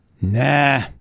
Nah